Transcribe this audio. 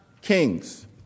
kings